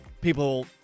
people